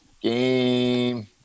game